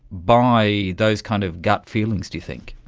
by those kind of gut feelings, do you think?